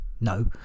no